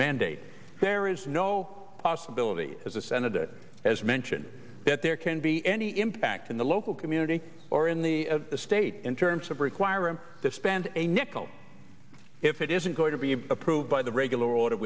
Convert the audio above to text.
mandate there is no possibility as a senate as mentioned that there can be any impact in the local community or in the state in terms of require him to spend a nickel if it isn't going to be approved by the regular o